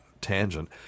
tangent